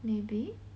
maybe